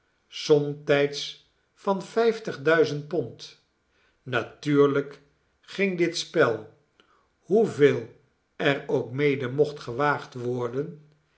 somtijds van vijftig duizend pond natuurlijk ging dit spel hoeveel er ook mede mocht gewaagd worden